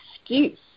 excuse